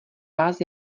vás